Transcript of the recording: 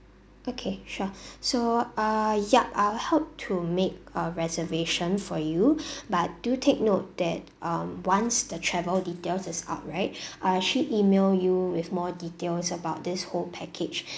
okay sure so uh yup I'll help to make a reservation for you but do take note that um once the travel detail is up right I'll actually email you with more details about this whole package